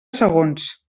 segons